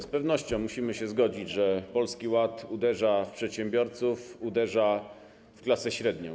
Z pewnością musimy się zgodzić, że Polski Ład uderza w przedsiębiorców, uderza w klasę średnią.